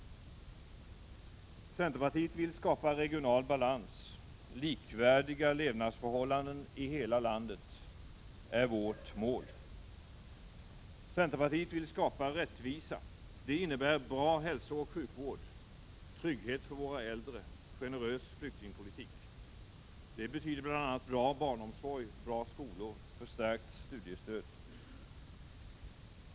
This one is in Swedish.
Centerpartiet vill skapa regional balans. Likvärdiga levnadsförhållanden i hela landet är vårt mål. Centerpartiet vill skapa rättvisa. Det innebär bra hälsooch sjukvård, trygghet för våra äldre, generös flyktingpolitik. Det betyder bl.a. bra barnomsorg, bra skolor och förstärkt studiestöd.